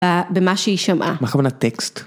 במה שהיא שומעה. בכוונת טקסט.